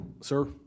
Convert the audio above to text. sir